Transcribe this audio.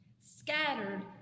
Scattered